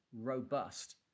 robust